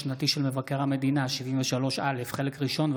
ח' /